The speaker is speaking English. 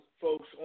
folks